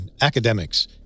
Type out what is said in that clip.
academics